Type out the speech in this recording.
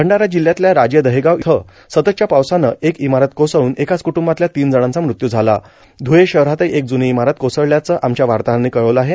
भंडारा जिल्ह्यातल्या राजे दहेगाव इथं सततच्या पावसानं एक इमारत कोसळून एकाच कुटुंबातल्या तीन जणांचा मृत्यू झाला धुळे शहरातही एक जुनी इमारत कोसळल्याचं आमच्या वार्ताहरांनी कळवलं आहे